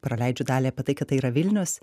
praleidžiu dalį apie tai kad tai yra vilnius